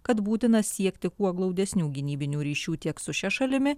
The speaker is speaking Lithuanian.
kad būtina siekti kuo glaudesnių gynybinių ryšių tiek su šia šalimi